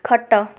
ଖଟ